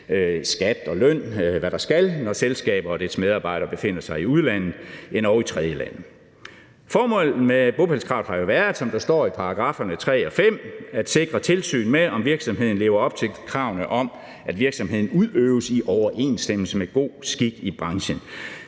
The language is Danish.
skat og løn – hvad der skal – når selskaber og dets medarbejdere befinder sig i udlandet, endog i tredjelande. Formålet med bopælskravet har jo været, som der står i §§ 3 og 5, at sikre tilsyn med, om virksomheden lever op til kravene om, at virksomheden udøves i overensstemmelse med god skik i branchen,